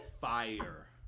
Fire